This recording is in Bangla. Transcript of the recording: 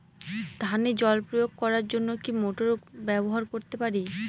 ধানে জল প্রয়োগ করার জন্য কি মোটর ব্যবহার করতে পারি?